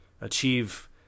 achieve